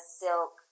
silk